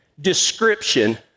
description